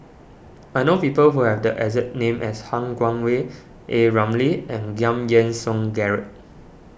I know people who have the exact name as Han Guangwei A Ramli and Giam Yean Song Gerald